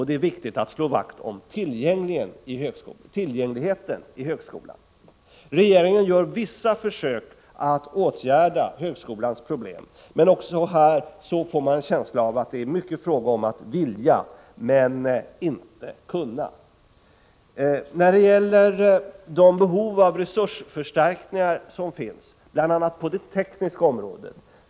Det är viktigt att slå vakt om tillgängligheten i högskolan. Regeringen gör vissa försök att åtgärda högskolans problem, men också här får man en känsla av att det i mycket är fråga om att vilja men inte kunna. Behov av resursförstärkningar finns bl.a. på det tekniska området.